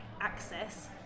access